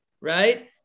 right